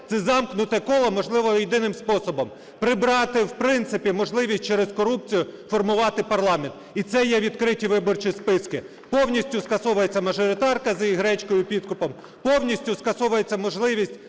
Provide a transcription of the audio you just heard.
це замкнуте коло можливо єдиним способом: прибрати в принципі можливість через корупцію формувати парламент. І це є відкриті виборчі списки. Повністю скасовується мажоритарка з її гречкою і підкупом. Повністю скасовується можливість